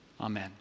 amen